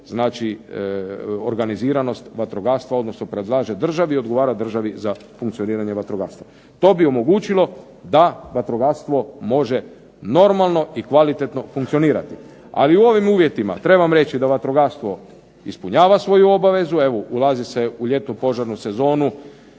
propisuje nadležnost vatrogastva, odnosno predlaže državi i odgovara državi za funkcioniranje vatrogastva. To bi omogućilo da vatrogastvo može normalno i kvalitetno djelovati. Ali u ovim uvjetima trebam reći da vatrogastvo ispunjava svoju obavezu evo ulazi se u ljetnu požarnu sezonu.